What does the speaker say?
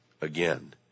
again